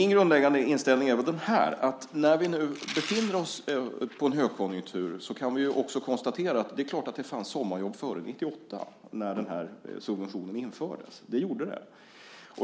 Nu befinner vi oss i en högkonjunktur, och vi kan konstatera att det fanns sommarjobb också före 1998, då den här subventionen infördes. Det gjorde det.